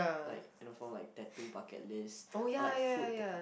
like you know for like tattoo bucket list or like food